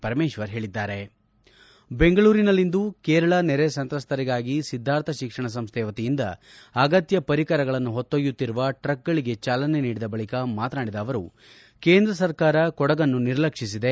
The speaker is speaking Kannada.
ಪರಮೇಶ್ವರ್ ಹೇಳಿದ್ದಾರೆ ಬೆಂಗಳೂರಿನಲ್ಲಿಂದು ಕೇರಳ ನೆರೆ ಸಂತ್ರಸ್ತರಿಗಾಗಿ ಸಿದ್ದಾರ್ಥ ಶಿಕ್ಷಣ ಸಂಸ್ಥೆ ವತಿಯಿಂದ ಅಗತ್ತ ಪರಿಕರಗಳನ್ನು ಹೊತ್ತೊಯುತ್ತಿರುವ ಟ್ರಕ್ಗಳಿಗೆ ಚಾಲನೆ ನೀಡಿದ ಬಳಿಕ ಮಾತನಾಡಿದ ಅವರು ಕೇಂದ್ರ ಸರಕಾರ ಕೊಡಗನ್ನು ನಿರ್ಲಕ್ಷಿಸಿದೆ